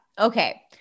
Okay